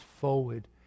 forward